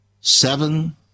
Seven